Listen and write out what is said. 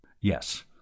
Yes